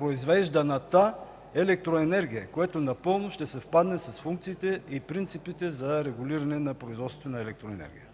произвежданата електроенергия, което напълно ще съвпадне с функциите и принципите за регулиране на производството на електроенергия.